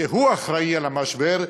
שהוא אחראי למשבר,